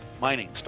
mining